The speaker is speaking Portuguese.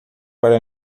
para